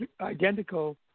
identical